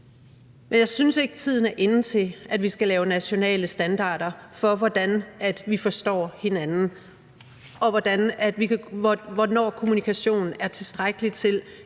Men jeg synes ikke, tiden er inde til, at vi skal lave nationale standarder for, hvordan vi forstår hinanden, og hvornår kommunikation er tilstrækkelig til,